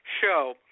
show